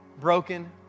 broken